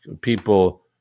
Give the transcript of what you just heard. People